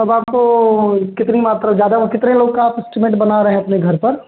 अब आपको कितनी मात्रा ज़्यादा कितने लोग का आप ईस्टीमेट बना रहे है अपने घर पर